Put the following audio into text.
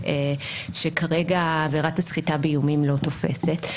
שכרגע עבירת הסחיטה באיומים לא תופסת,